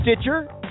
Stitcher